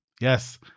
Yes